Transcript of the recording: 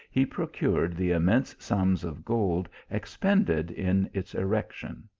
he procured the immense sums of gold expended in its erection,